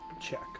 check